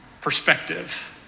Perspective